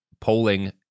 polling